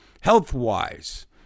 Health-wise